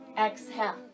Exhale